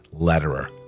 Letterer